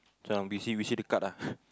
this one we see we see the card lah